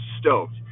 stoked